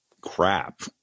crap